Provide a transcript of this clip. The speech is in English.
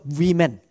women